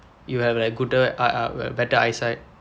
you have like gooder uh uh better eyesight